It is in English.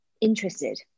interested